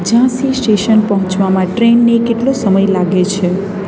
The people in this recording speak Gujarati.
ઝાંસી સ્ટેશન પહોંચવામાં ટ્રેનને કેટલો સમય લાગે છે